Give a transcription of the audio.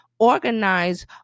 organize